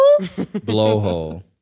blowhole